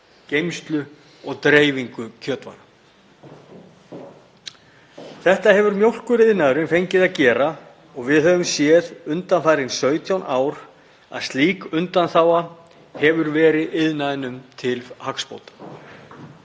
geymslu og dreifingu kjötvara. Þetta hefur mjólkuriðnaðurinn fengið að gera og við höfum séð undanfarin 17 ár að slík undanþága hefur verið honum til hagsbóta.